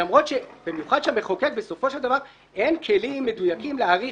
במיוחד שלמחוקק בסופו של דבר אין כלים מדויקים להעריך